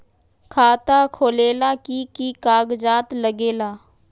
खाता खोलेला कि कि कागज़ात लगेला?